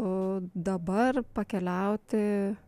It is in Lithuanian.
o dabar pakeliauti